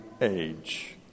age